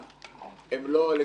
אומנם זה לא הובא,